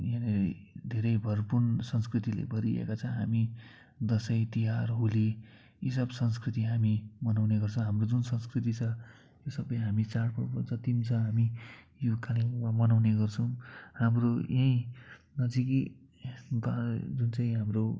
धेरै धेरै भरिपूर्ण संस्कृतिले भरिएको छ हामी दसैँ तिहार होली यी सब संस्कृति हामी मनाउँने गर्छौँ हाम्रो जुन संस्कृति छ त्यो सबै हामी चाड पर्व जति पनि छ हामी यो कालिम्पोङमा मनाउँने गर्छौँ हाम्रो यहीँ नजिकै घर जुन चाहिँ हाम्रो